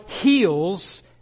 heals